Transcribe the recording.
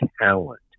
talent